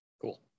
cool